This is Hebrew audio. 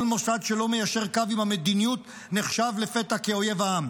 כל מוסד שלא מיישר קו עם המדיניות נחשב לפתע כאויב העם.